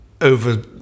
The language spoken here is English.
over